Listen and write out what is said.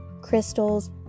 Crystals